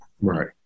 Right